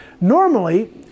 normally